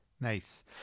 Nice